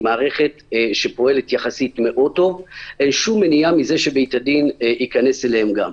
מערכת שפועלת יחסית מאוד טוב ואין שום מניעה שבית-הדין ייכנס אליה גם.